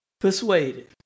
persuaded